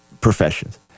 professions